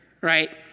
right